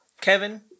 Kevin